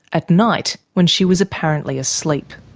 at night, when she was apparently asleep.